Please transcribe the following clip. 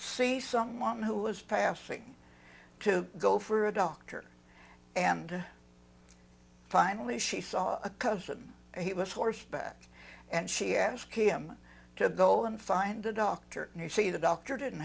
see someone who was passing to go for a doctor and finally she saw a cousin he was horseback and she asked him to go and find a doctor and you see the doctor didn't